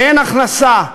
אין הכנסה,